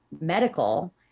medical